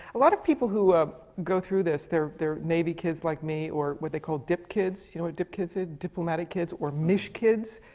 a lot of people who go through this, they're they're navy kids like me, or what they call dip kids you know what dip kids is? diplomatic kids. or mish kids,